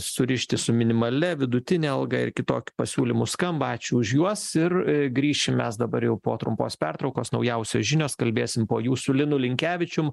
surišti su minimalia vidutine alga ir kitoki pasiūlymų skamba ačiū už juos ir grįšim mes dabar jau po trumpos pertraukos naujausios žinios kalbėsim po jų su linu linkevičium